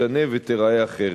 תשתנה ותיראה אחרת.